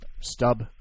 stub